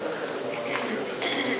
תשמע, תודה.